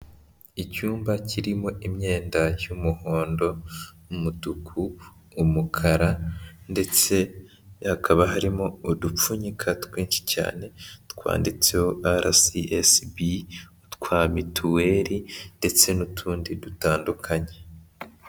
Icyumba kirimo imyenda y'umuhondo, umutuku, umukara ndetse hakaba harimo udupfunyika twinshi cyane twanditseho RSSB twa mituweli ndetse n'utundi dutandukanye.